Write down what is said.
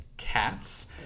Cats